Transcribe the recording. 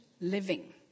living